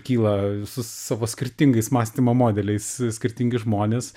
kyla su savo skirtingais mąstymo modeliais skirtingi žmonės